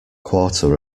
quarter